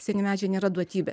seni medžiai nėra duotybė